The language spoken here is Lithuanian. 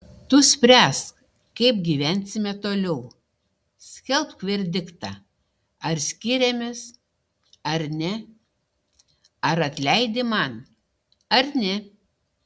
tu spręsk kaip gyvensime toliau skelbk verdiktą ar skiriamės ar ne ar atleidi man ar ne